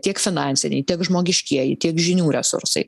tiek finansiniai tiek žmogiškieji tiek žinių resursai